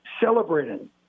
celebrating